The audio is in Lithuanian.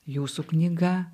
jūsų knyga